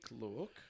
look